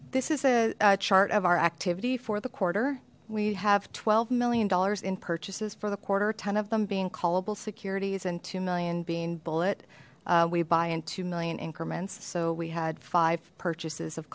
this is a chart of our activity for the quarter we have twelve million dollars in purchases for the quarter ton of them being callable securities and two million being bullet we buy in two million increments so we had five purchases of